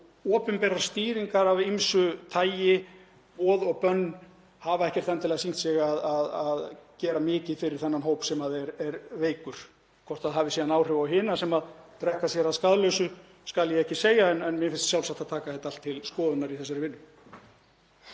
opinberar stýringar af ýmsu tagi, boð og bönn, hafa ekkert endilega sýnt sig að gera mikið fyrir þennan hóp sem er veikur. Hvort það hafi síðan áhrif á hina sem drekka sér að skaðlausu skal ég ekki segja en mér finnst sjálfsagt að taka þetta allt til skoðunar í þessari vinnu.